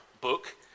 book